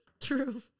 True